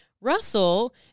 Russell